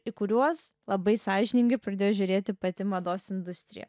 į kuriuos labai sąžiningai pradėjo žiūrėti pati mados industrija